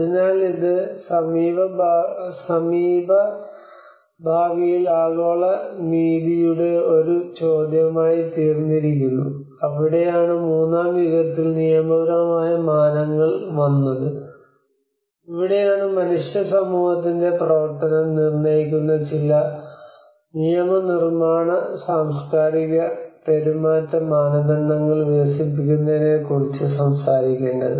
അതിനാൽ ഇത് സമീപഭാവിയിൽ ആഗോള നീതിയുടെ ഒരു ചോദ്യമായിത്തീർന്നിരിക്കുന്നു അവിടെയാണ് മൂന്നാം യുഗത്തിൽ നിയമപരമായ മാനങ്ങൾ വന്നത് ഇവിടെയാണ് മനുഷ്യ സമൂഹത്തിന്റെ പ്രവർത്തനം നിർണ്ണയിക്കുന്ന ചില നിയമനിർമ്മാണ സാംസ്കാരിക പെരുമാറ്റ മാനദണ്ഡങ്ങൾ വികസിപ്പിക്കുന്നതിനെക്കുറിച്ച് സംസാരിക്കേണ്ടത്